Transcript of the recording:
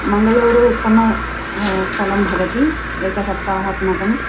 मङ्गळूरु उत्तम स्थलं भवति एक सप्ताहात्मकं